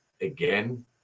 again